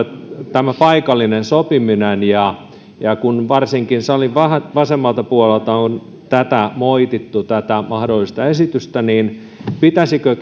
tämä paikallinen sopiminen ja ja kun varsinkin salin vasemmalta puolelta on moitittu tätä mahdollista esitystä niin pitäisikö